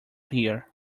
here